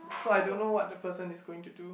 so I don't know what the person is going to do